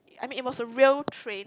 I mean it was a rail train